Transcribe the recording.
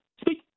speak